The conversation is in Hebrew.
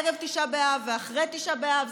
ערב תשעה באב ואחרי תשעה באב,